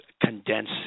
condense